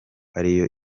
ariyo